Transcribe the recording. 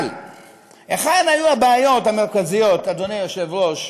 אבל היכן היו הבעיות המרכזיות, אדוני היושב-ראש,